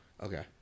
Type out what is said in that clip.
okay